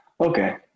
Okay